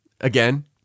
again